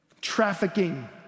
trafficking